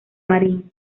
marin